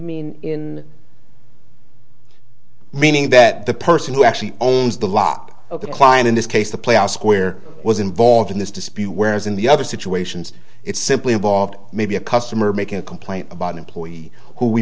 mean in meaning that the person who actually owns the lot of the client in this case the playoffs square was involved in this dispute whereas in the other situations it simply involved maybe a customer making a complaint about an employee who we